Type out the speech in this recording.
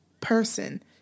person